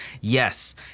Yes